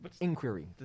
Inquiry